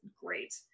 great